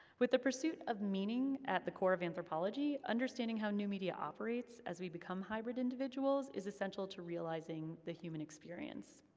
with the pursuit of meaning at the core of anthropology, understanding how new media operates as we become hybrid individuals is essential to realizing the human experience.